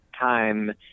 time